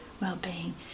Well-being